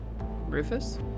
Rufus